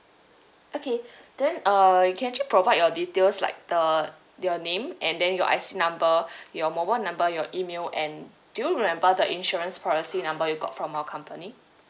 okay then uh you can actually provide your details like the your name and then your I_C number your mobile number your email and do you remember the insurance policy number you got from our company